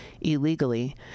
illegally